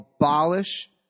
abolish